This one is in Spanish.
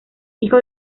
hijo